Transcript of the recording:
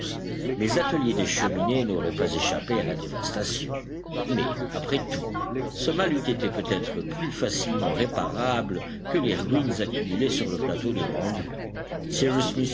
les ateliers des cheminées n'auraient pas échappé à la dévastation mais après tout ce mal eût été peut-être plus facilement réparable que les ruines accumulées sur le plateau de